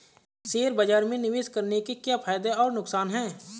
Share बाज़ार में निवेश करने के क्या फायदे और नुकसान हैं?